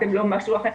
אתם לא משהו אחר',